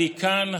אני כאן,